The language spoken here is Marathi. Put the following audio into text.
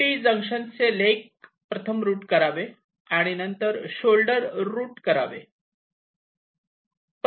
T जंक्शनचे लेग प्रथम रूट करावे आणि नंतर शोल्डर रूट करावे